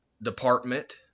department